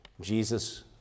Jesus